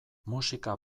musika